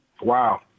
Wow